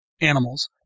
animals